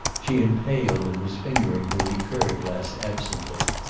she had paled and was fingering her liqueur-glass absently.